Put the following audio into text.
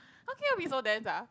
how can you be so dense ah